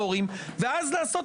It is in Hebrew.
האם בנסיבות